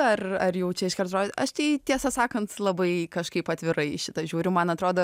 ar ar jau čia iš kart rodyt aš tai tiesą sakant labai kažkaip atvirai į šitą žiūri man atrodo